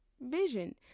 vision